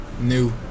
new